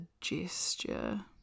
gesture